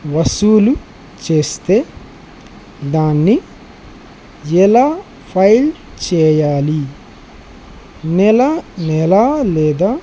వసూలు చేస్తే దాన్ని ఎలా ఫైల్ చేయాలి నెల నెల లేదా